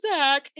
Zach